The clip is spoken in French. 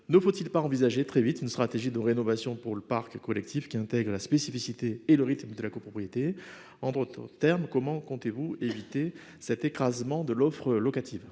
Ne faut-il pas envisager très vite une stratégie de rénovation pour le parc collectif intégrant la spécificité et le rythme de la copropriété ? En d'autres termes, comment comptez-vous éviter l'écrasement de l'offre locative ?